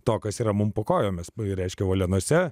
to kas yra mums po kojomisreiškia uolienose